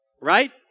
Right